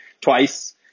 twice